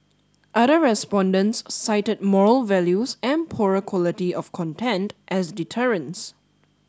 other respondents cited moral values and poorer quality of content as deterrents